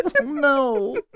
No